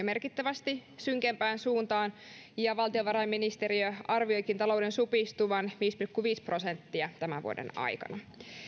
merkittävästi synkempään suuntaan ja valtiovarainministeriö arvioikin talouden supistuvan viisi pilkku viisi prosenttia tämän vuoden aikana